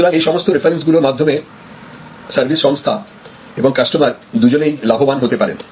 সুতরাং এই সমস্ত রেফারেন্সগুলোর মাধ্যমে সার্ভিস সংস্থা এবং কাস্টমার দুজনেই লাভবান হতে পারেন